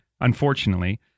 unfortunately